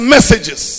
messages